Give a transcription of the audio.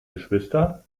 geschwister